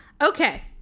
Okay